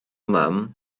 mam